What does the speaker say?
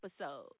episode